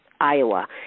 Iowa